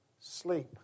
sleep